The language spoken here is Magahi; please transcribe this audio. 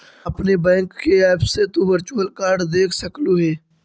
अपने बैंक के ऐप से तु वर्चुअल कार्ड देख सकलू हे